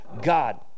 God